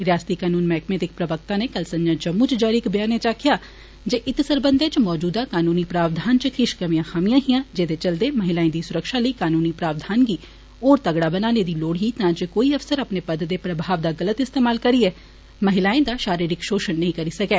रयासती कनून मैहकमे दे इक्क प्रवक्ता नै कल संजा जम्मू च जारी इक बयानै च आक्खेआ जे इत सरबंधै च मौजूदा कनूनी प्रावधान च किश कमियां हियां जेदे चलदे महिलाएं दी सुरक्षा लेई कनूनी प्रावधान गी होर तगड़ा बनाने दी लोड़ ही तां जे कोई अफसर अपने पद ते प्रभाव दा गलत इस्तेमाल करियै महिलाएं दा शारीरिक शोषण नेई करी सकै